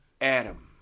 Adam